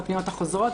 בפניות החוזרות,